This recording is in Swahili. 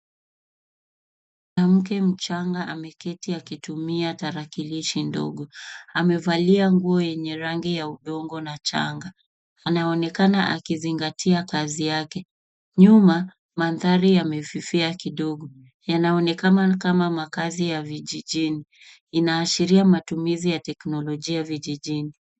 Mwanamke mchanga ameketi akitumia tarakilishi ndogo. Amevalia nguo yenye rangi ya udongo na changa. Anaonekana akizingatia kazi yake. Nyuma, mandhari yamefifia kidogo. Yanaonekana kama makazi ya vjijini. Inaashiria matumizi ya teknologia vijijini.